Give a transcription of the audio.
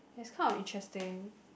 it's kind of interesting